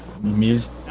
music